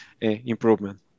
improvement